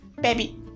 baby